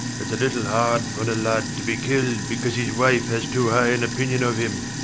it's a little hard on a lad to be killed because his wife has too high an opinion of him.